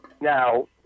Now